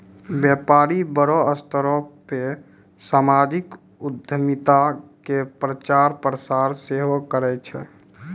व्यपारी बड़ो स्तर पे समाजिक उद्यमिता के प्रचार प्रसार सेहो करै छै